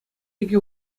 икӗ